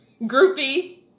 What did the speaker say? groupie